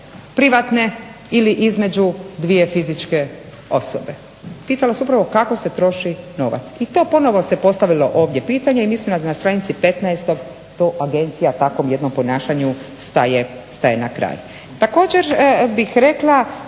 privatne ili između dvije fizičke osobe. Pitalo se upravo kako se troši novac i to ponovo se postavilo ovdje pitanje i mislim da na stranici 15. to Agencija takvom jednom ponašanju staje na kraj.